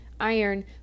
iron